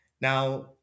Now